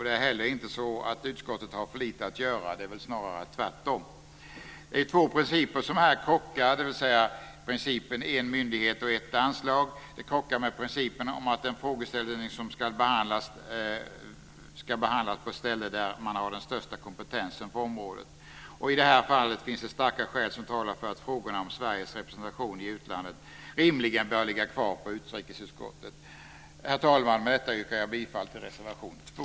Det är heller inte så att utskottet har för lite att göra, snarare tvärtom. Det är två principer som här krockar: Principen en myndighet - ett anslag krockar med principen om att en frågeställning ska behandlas på det ställe där man har den största kompetensen på området. I det här fallet finns det starka skäl som talar för att frågorna om Sveriges representation i utlandet rimligen bör ligga kvar på utrikesutskottet. Herr talman! Med detta yrkar jag bifall till reservation 2.